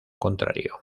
contrario